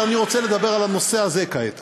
אבל אני רוצה לדבר על הנושא הזה כעת.